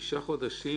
שישה חודשים